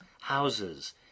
houses